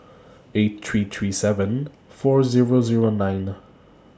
eight three three seven four Zero Zero nine